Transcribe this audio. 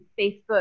Facebook